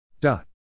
dot